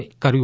એ કર્યું